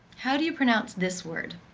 how do you pronounce this word?